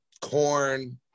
Corn